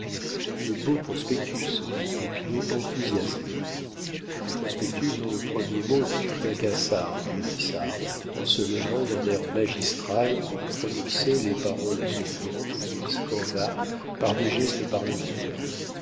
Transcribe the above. le beau prospectus dit popinot enthousiasmé un prospectus dont le premier mot tue macassar dit gaudissart en se levant d'un air magistral pour prononcer les paroles suivantes qu'il scanda par des gestes parlementaires